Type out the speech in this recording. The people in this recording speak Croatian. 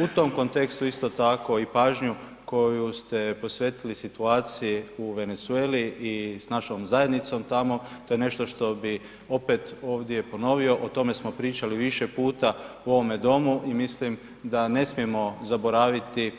U tom kontekstu isto tako i pažnju koju ste posvetili situaciji u Venezueli i s našom zajednicom tamo, to je nešto što bih opet ovdje ponovio, o tome smo pričali više puta u ovome domu i mislim da ne smijemo zaboraviti